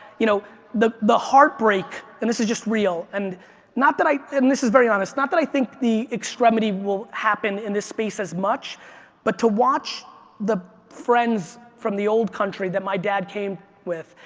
you know the the heartbreak, and this is just real, and not that i, and this is very honest, not that i think the extremity will happen in this space as much but to watch the friends from the old country that my dad came with,